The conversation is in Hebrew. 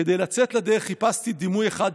כדי לצאת לדרך חיפשתי דימוי אחד,